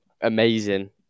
amazing